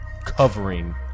covering